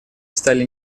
стали